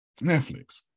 Netflix